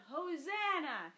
Hosanna